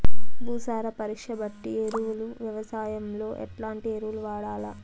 భూసార పరీక్ష బట్టి ఎరువులు వ్యవసాయంలో ఎట్లాంటి ఎరువులు వాడల్ల?